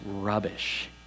rubbish